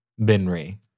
Benry